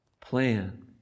plan